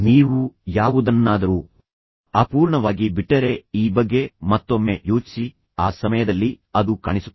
ನೀವು ಯಾವುದನ್ನಾದರೂ ಅಪೂರ್ಣವಾಗಿ ಬಿಟ್ಟರೆ ಈ ಬಗ್ಗೆ ಮತ್ತೊಮ್ಮೆ ಯೋಚಿಸಿ ಆ ಸಮಯದಲ್ಲಿ ಅದು ಕಾಣಿಸುತ್ತದೆ